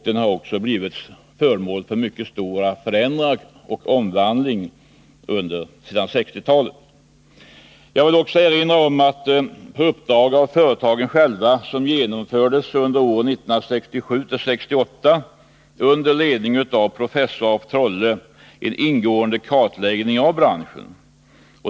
Jag vill också erinra om att det, på uppdrag av företagen själva, under 1967-1968 under ledning av professor Ulf af Trolle genomfördes en ingående kartläggning av branschen.